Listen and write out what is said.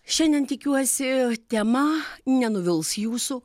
šiandien tikiuosi tema nenuvils jūsų